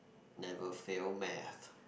never fail Math